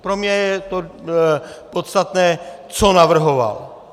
Pro mě je podstatné to, co navrhoval.